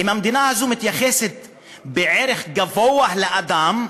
אם המדינה הזאת מתייחסת בערך גבוה לאדם,